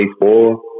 four